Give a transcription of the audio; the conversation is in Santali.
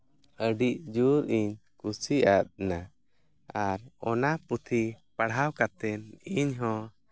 ᱟᱹᱰᱤ ᱡᱳᱨ ᱤᱧ ᱠᱩᱥᱤ ᱟᱫᱽᱼᱟ ᱟᱨ ᱚᱱᱟ ᱯᱩᱛᱷᱤ ᱯᱟᱲᱦᱟᱣ ᱠᱟᱛᱮᱫ ᱤᱧ ᱦᱚᱸ